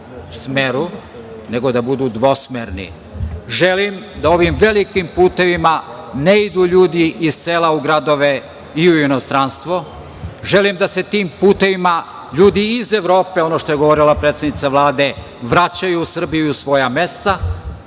nego da budu dvosmerni. Želim da ovim velikim putevima ne idu ljudi iz sela u gradove i u inostranstvo. Želim da se tim putevima ljudi iz Evrope, ono što je govorila predsednica Vlade, vraćaju u Srbiju, u svoja mesta